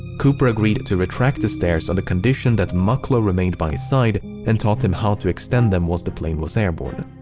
cooper agreed to retract the stairs on the condition that mucklow remained by his side and taught him how to extend them once the plane was airborne.